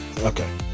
okay